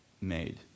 made